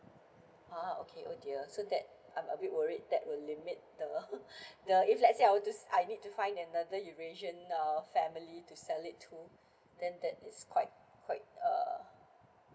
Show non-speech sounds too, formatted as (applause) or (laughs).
ah okay oh dear so that I'm a bit worried that will limit the (laughs) (breath) the if let's say I will just I need to find another eurasian uh family to sell it to then that is quite quite uh